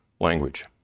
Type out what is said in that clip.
language